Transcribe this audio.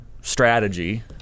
strategy